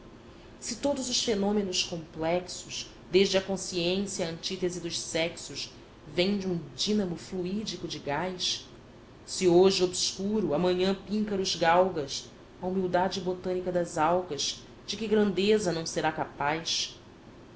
se todos os fenômenos complexos desde a consciência à antítese dos sexos vêm de um dínamo fluídico de gás se hoje obscuro amanhã píncaros galgas a humildade botânica das algas de que grandeza não será capaz